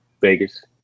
Vegas